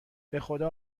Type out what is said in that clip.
بخدا